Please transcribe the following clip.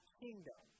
kingdom